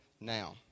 now